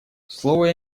слово